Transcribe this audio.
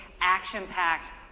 action-packed